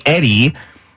Eddie